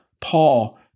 Paul